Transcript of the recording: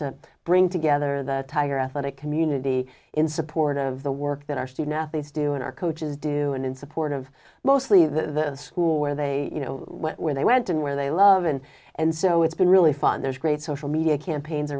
to bring together the tiger athletic community in support of the work that our student athletes do and our coaches do and in support of mostly the school where they you know where they went and where they love and and so it's been really fun there's a great social media campaigns